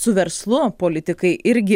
su verslu politikai irgi